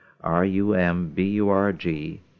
R-U-M-B-U-R-G